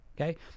okay